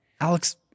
Alex